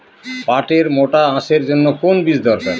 পাটের মোটা আঁশের জন্য কোন বীজ দরকার?